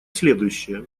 следующее